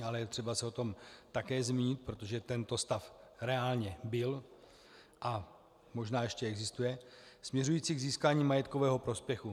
Ale je třeba se o tom také zmínit, protože tento stav reálně byl a možná ještě existuje, směřující k získání majetkového prospěchu.